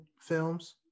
films